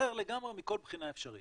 אחר לגמרי מכל בחינה אפשרית,